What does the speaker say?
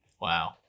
Wow